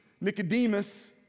Nicodemus